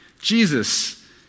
Jesus